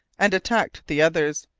and attacked the others.